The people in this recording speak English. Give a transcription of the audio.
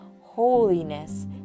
holiness